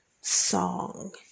song